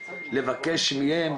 לבקש מהם?